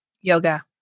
Yoga